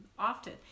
often